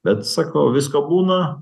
bet sakau visko būna